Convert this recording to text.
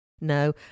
No